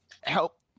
help